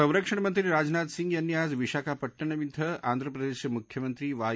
संरक्षणमंत्री राजनाथ सिंह यांनी आज विशाखापट्टणम क्वें आंध्र प्रदश्राच्च मुंख्यमंत्री वाय